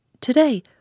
Today